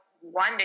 one